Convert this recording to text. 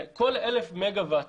כל 1,000 מגוואט